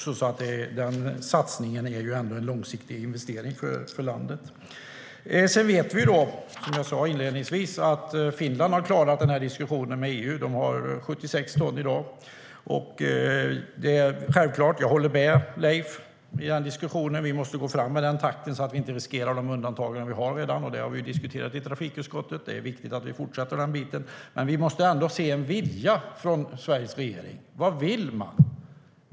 Den satsningen är en långsiktig investering för landet. Vi vet, som jag sa inledningsvis, att Finland har klarat diskussionen med EU. De har 76 ton i dag. Jag håller med Leif Pettersson i den diskussionen: Vi måste gå fram i den takten, så att vi inte riskerar de undantag som vi redan har. Det har vi diskuterat i trafikutskottet, och det är viktigt att vi fortsätter. Men vi måste ändå se en vilja från Sveriges regering. Vad vill man?